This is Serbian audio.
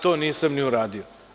To nisam ni u radio.